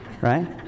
Right